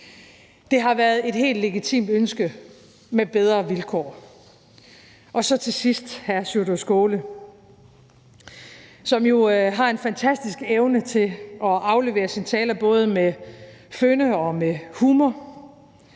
Det har været et helt legitimt ønske om bedre vilkår. Så til sidst til hr. Sjúrður Skaale, som jo har en fantastisk evne til at aflevere sine taler med både fynd og humor,